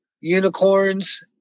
unicorns